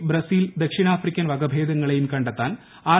K Brazil ദക്ഷിണാഫ്രിക്കൻ വകഭേദങ്ങളെയും കണ്ടെത്താൻ ആർ